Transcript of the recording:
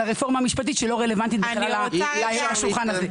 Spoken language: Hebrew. הרפורמה המשפטית שהיא לא רלוונטית בכלל לשולחן הזה.